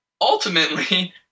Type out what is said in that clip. ultimately